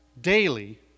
daily